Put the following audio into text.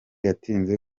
yatinze